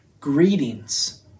Greetings